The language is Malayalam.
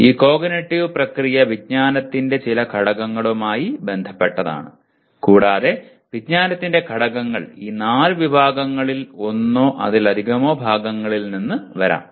ഈ കോഗ്നിറ്റീവ് പ്രക്രിയ വിജ്ഞാനത്തിന്റെ ചില ഘടകങ്ങളുമായി ബന്ധപ്പെട്ടതാണ് കൂടാതെ വിജ്ഞാനത്തിന്റെ ഘടകങ്ങൾ ഈ നാല് വിഭാഗങ്ങളിൽ ഒന്നോ അതിലധികമോ ഭാഗങ്ങളിൽ നിന്ന് വരാം